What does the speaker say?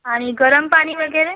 आणि गरम पाणी वगैरे